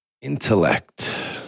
Intellect